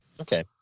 Okay